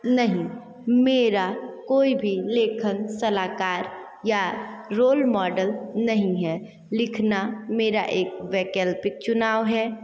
नहीं मेरा कोई भी लेखक सलाहकार या रोल मॉडल नहीं है लिखना मेरा एक वैकल्पिक चुनाव है